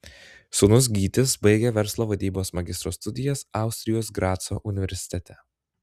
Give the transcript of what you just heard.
sūnus gytis baigia verslo vadybos magistro studijas austrijos graco universitete